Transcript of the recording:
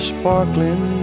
sparkling